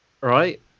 right